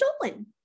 stolen